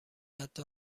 حتی